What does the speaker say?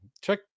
check